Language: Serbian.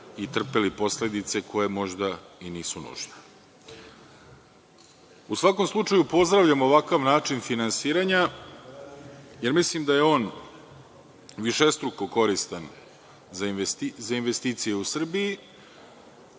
i trpeli posledice koje možda i nisu nužne.U svakom slučaju, pozdravljam ovakav način finansiranja, jer mislim da je on višestruko koristan za investicije u Srbiji.